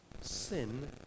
Sin